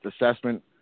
assessment